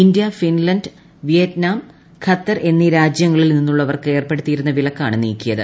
India Finland Vietnam Qatar എന്നീ രാജൃങ്ങളിൽ നിന്നുള്ളവർക്ക് ഏർപ്പെടുത്തിയിരുന്ന വിലക്കാണ് നീക്കിയത്